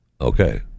okay